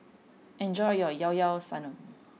enjoy your llao llao Sanum